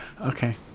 okay